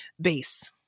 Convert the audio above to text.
base